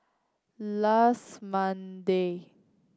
last Monday